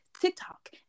TikTok